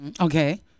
Okay